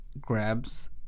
grabs